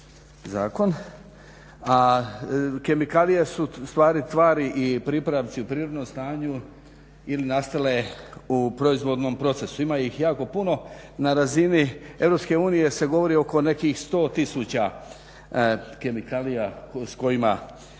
zakon. A kemikalije su ustvari tvari i pripravci u prirodnom stanju ili nastale u proizvodnom procesu. Ima ih jako puno na razini Europske unije se govori oko nekih 100 tisuća kemikalija sa kojima